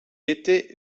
était